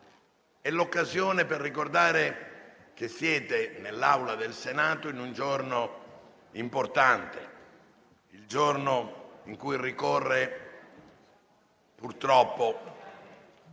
è l'occasione per ricordare loro che sono nell'Aula del Senato in un giorno importante: il giorno in cui ricorre, purtroppo,